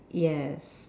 yes